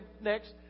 next